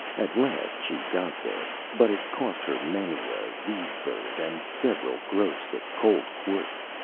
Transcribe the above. at last she got there but it cost her many a reed bird and several gross of cold quarts.